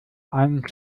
ein